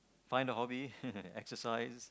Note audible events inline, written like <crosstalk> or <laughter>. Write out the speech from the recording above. find a hobby <laughs> exercise